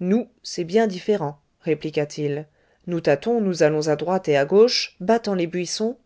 nous c'est bien différent répliqua-t-il nous tâtons nous allons à droite et à gauche battant les buissons